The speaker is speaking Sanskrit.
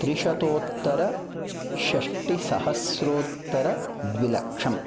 त्रिशतोत्तरषष्ठिसहस्रोत्तरद्विलक्षम्